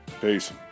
Peace